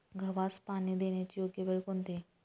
गव्हास पाणी देण्याची योग्य वेळ कोणती?